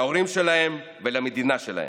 להורים שלהם ולמדינה שלהם.